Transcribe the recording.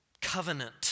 Covenant